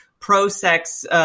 pro-sex